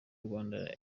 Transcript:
rwanda